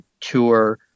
tour